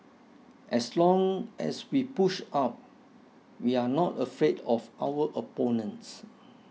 as long as we push up we are not afraid of our opponents